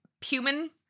human